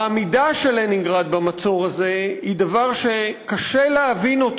העמידה של לנינגרד במצור הזה היא דבר שקשה להבין אותו,